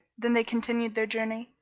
then they continued their journey,